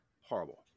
Horrible